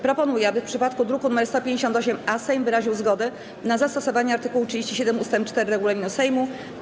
Proponuję, aby w przypadku druku nr 158-A Sejm wyraził zgodę na zastosowanie art. 37 ust. 4 regulaminu Sejmu.